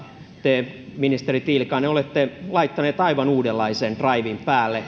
te ministeri tiilikainen olette laittanut aivan uudenlaisen draivin päälle